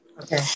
Okay